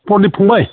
प्रदिप फंबाय